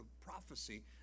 prophecy